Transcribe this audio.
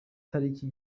tariki